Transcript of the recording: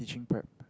teaching prep